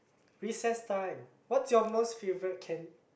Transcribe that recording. recess time what's your most favourite can